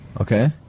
Okay